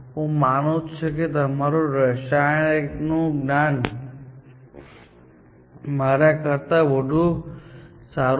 હું માનું છું કે તમારૂ રસાયણશાસ્ત્ર નું જ્ઞાન મારા કરતાં વધુ સારૂ છે